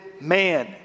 man